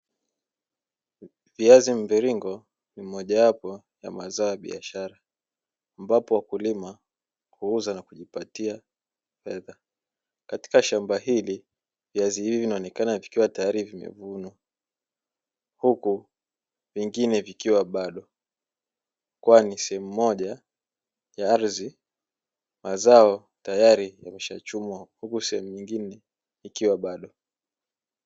Viazi mviringo ni mojawapo ya mazao ya biashara ambapo wakulima huuza na kujipatia fedha katika shamba, hili viazi hivi vinaonekana vikiwa tayari vimevunwa huku vongine vikiwa bado, kwani sehemu mmoja ya ardhi mazao tayari yameshachumwa huku sehemu nyingine ikiwa bado.